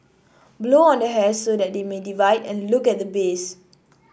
blow on the hairs so that they divide and look at the base